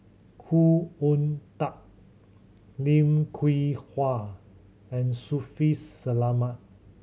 Khoo Oon Teik Lim Hwee Hua and Shaffiq Selamat